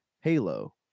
Halo